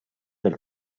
del